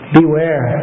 Beware